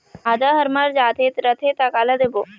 आदा हर मर जाथे रथे त काला देबो?